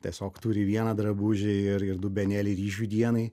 tiesiog turi vieną drabužiai ar ir dubenėlį ryžių dienai